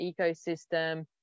ecosystem